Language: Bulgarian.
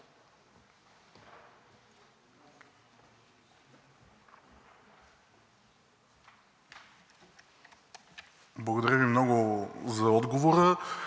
Благодаря Ви много за отговора.